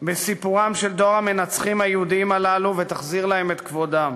בסיפורם של דור המנצחים היהודים הללו ותחזיר להם את כבודם,